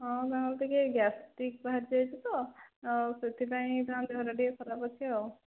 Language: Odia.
ହଁ ତାଙ୍କର ଟିକେ ଗ୍ୟାଷ୍ଟ୍ରିକ ବାହାରିଯାଇଛି ତ ଆଉ ସେଥିପାଇଁ ତାଙ୍କ ଦେହଟା ଟିକେ ଖରାପ ଅଛି ଆଉ